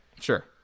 Sure